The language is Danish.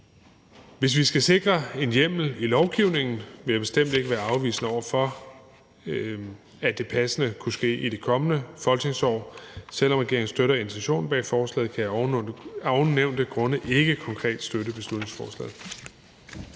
Hvis vi skal sikre en hjemmel i lovgivningen, vil jeg bestemt ikke være afvisende over for, at det passende kunne ske i det kommende folketingsår. Selv om regeringen støtter intentionen bag forslaget, kan jeg af ovennævnte grunde ikke konkret støtte beslutningsforslaget.